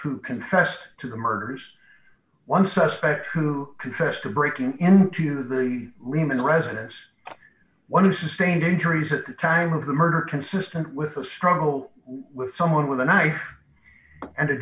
who confessed to the murders one suspect who confessed to breaking into the lehman residence one who sustained injuries at the time of the murder consistent with a struggle with someone with a knife and a